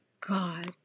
god